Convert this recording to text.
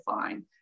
fine